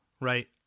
right